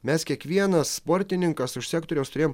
mes kiekvienas sportininkas iš sektoriaus turėjom